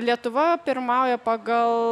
lietuva pirmauja pagal